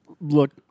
look